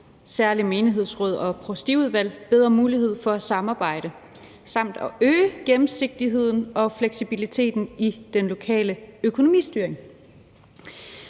særlig menighedsråd og provstiudvalg, bedre mulighed for at samarbejde og at øge gennemsigtigheden og fleksibiliteten i den lokale økonomistyring.